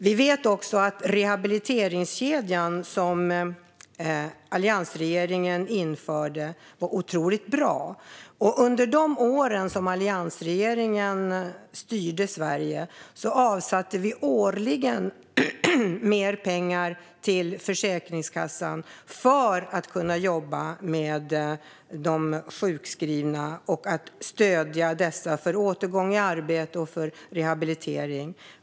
Vi vet också att den rehabiliteringskedja som alliansregeringen införde var otroligt bra. Under de år som alliansregeringen styrde Sverige avsatte vi årligen mer pengar till Försäkringskassan för att man skulle kunna jobba med de sjukskrivna och stödja dessa för en återgång i arbete och för rehabilitering.